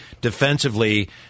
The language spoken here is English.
defensively